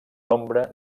nombre